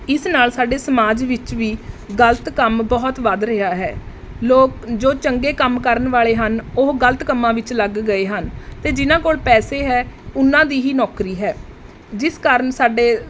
ਇਸ ਨਾਲ ਸਾਡੇ ਸਮਾਜ ਵਿੱਚ ਵੀ ਗ਼ਲਤ ਕੰਮ ਬਹੁਤ ਵੱਧ ਰਿਹਾ ਹੈ ਲੋਕ ਜੋ ਚੰਗੇ ਕੰਮ ਕਰਨ ਵਾਲੇ ਹਨ ਉਹ ਗ਼ਲਤ ਕੰਮਾਂ ਵਿੱਚ ਲੱਗ ਗਏ ਹਨ ਅਤੇ ਜਿਨ੍ਹਾਂ ਕੋਲ ਪੈਸੇ ਹੈ ਉਹਨਾਂ ਦੀ ਹੀ ਨੌਕਰੀ ਹੈ ਜਿਸ ਕਾਰਨ ਸਾਡੇ